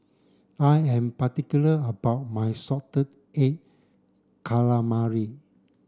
I am particular about my salted egg calamari